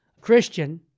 Christian